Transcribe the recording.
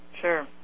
Sure